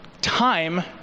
time